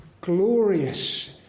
glorious